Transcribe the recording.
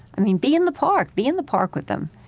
i mean, be in the park. be in the park with them.